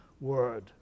word